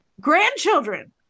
Grandchildren